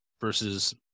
versus